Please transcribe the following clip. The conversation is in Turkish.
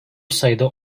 sayıda